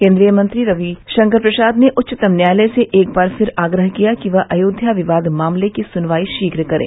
केन्द्रीय विधि मंत्री रवि शंकर प्रसाद ने उच्चतम न्यायालय से एक बार फिर आग्रह किया कि वह अयोध्या विवाद मामले की सुनवाई शीघ्र करे